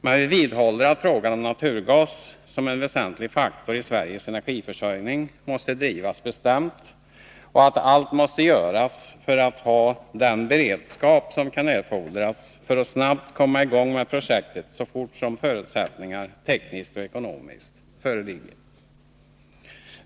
Men vi vidhåller att frågan om naturgas som en väsentlig faktor i Sveriges energiförsörjning måste drivas bestämt och att allt måste göras för att ha den beredskap som kan erfordras för att snabbt komma i gång med projekt, så fort som tekniska och ekonomiska förutsättningar föreligger.